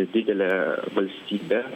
didelė valstybė